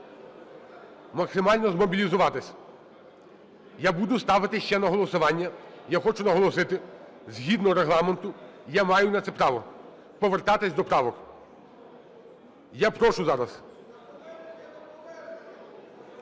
максимально змобілізуватись, я буду ставити ще на голосування, я хочу наголосити, згідно Регламенту я маю на це право – повертатися до правок. Я прошу зараз…